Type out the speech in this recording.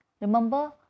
Remember